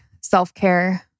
self-care